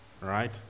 right